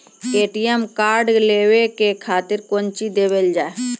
ATM card लेवे के खातिर कौंची देवल जाए?